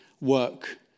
work